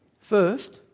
First